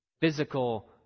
physical